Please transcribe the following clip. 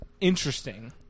interesting